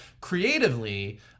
creatively